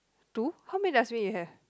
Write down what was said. two how many dustbin you have